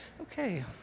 Okay